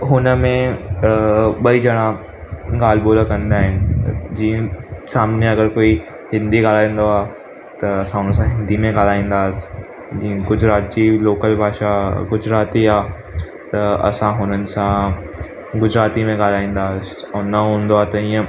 हुन में ॿई ॼणा ॻाल्हि ॿोल कंदा आहिनि जीअं सामिने अगरि कोई हिंदी ॻाल्हाईंदो आहे त असां उन सां हिंदी में ॻाल्हाईंदासि जीअं गुजरात जी लोकल भाषा गुजराती आहे त असां हुननि सां गुजराती में ॻाल्हाइंदासि ऐं न हूंदो आहे त हीअं